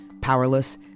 powerless